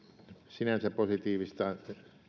sinänsä positiivista